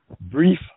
brief